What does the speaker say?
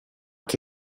che